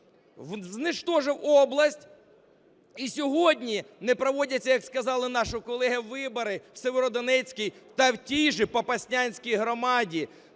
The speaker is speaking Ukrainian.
Зничтожив область. І сьогодні не проводяться, як сказали наші колеги, вибори в Сєвєродонецькій та в тій же Попаснянській громаді.